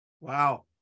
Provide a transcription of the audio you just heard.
Wow